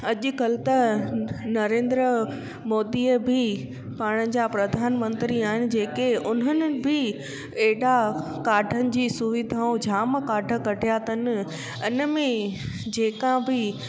अॼुकल्ह त नरेंद्र मोदीअ बि पाण जा प्रधानमंत्री आहिनि जेके उन्हनि बि हेॾा काडनि जी सुविधाऊं जाम काड कढिया अथनि हिन में जेका बि